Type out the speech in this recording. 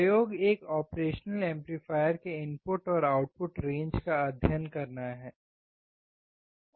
प्रयोग एक operational amplifier के इनपुट और आउटपुट रेंज का अध्ययन करना है